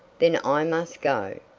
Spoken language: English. then i must go!